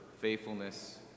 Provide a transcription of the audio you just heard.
faithfulness